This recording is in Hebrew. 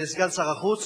לשאלה, סגן שר החוץ.